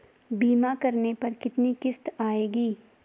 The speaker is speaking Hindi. बीमा करने पर कितनी किश्त आएगी?